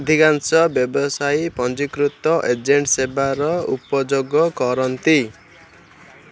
ଅଧିକାଂଶ ବ୍ୟବସାୟୀ ପଞ୍ଜୀକୃତ ଏଜେଣ୍ଟ ସେବାର ଉପଯୋଗ କରନ୍ତି